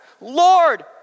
Lord